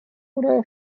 oder